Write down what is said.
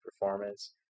performance